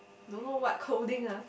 don't know what clothing ah